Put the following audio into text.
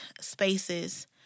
spaces